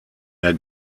der